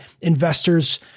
investors